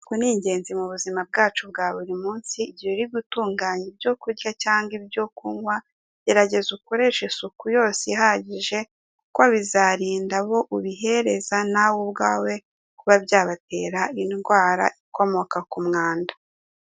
Isuku ni ingenzi mu buzima bwacu bwa buri munsi igihe uri gutunganya ibyo kurya cyanga ibyo kunywa , gerageza ukoreshe isuku ihagije kuko bizarinda abo ubuhereza nawe ubwawe kuba byabatera indwara ikomoka ku mwanda.